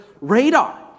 radar